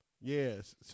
Yes